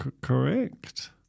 correct